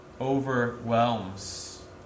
overwhelms